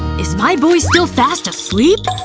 is my boy still fast asleep?